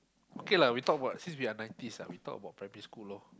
okay lah we talk about since we are ninety we talk about primary school lor